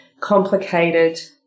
complicated